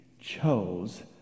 chose